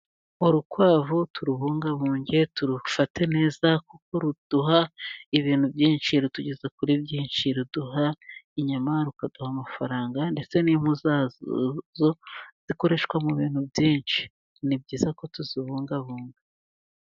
Urukwavu turubungabunge turufate neza kuko ruduha ibintu byinshi, rutugeza kuri byinshi, ruduha inyama, rukaduha amafaranga, ndetse n'impu zazo zikoreshwa mu bintu byinshi, ni byiza ko tuzibungabunga.